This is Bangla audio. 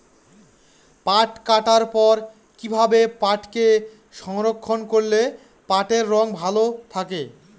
পাট কাটার পর কি ভাবে পাটকে সংরক্ষন করলে পাটের রং ভালো থাকে?